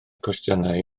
cwestiynau